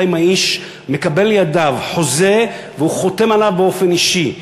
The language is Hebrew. אלא אם כן האיש מקבל לידיו חוזה וחותם עליו באופן אישי.